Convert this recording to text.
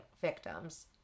victims